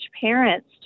parents